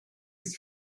ist